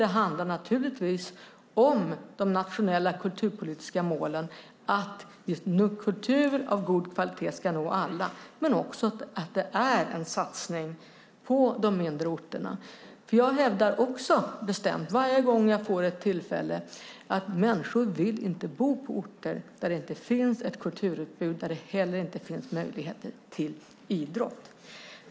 Det handlar naturligtvis om de nationella kulturpolitiska målen att kultur av god kvalitet ska nå alla men också att det är en satsning på de mindre orterna. Jag hävdar nämligen också bestämt varje gång jag får tillfälle att människor inte vill bo på orter där det inte finns ett kulturutbud och inte heller möjligheter till idrott.